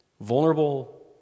vulnerable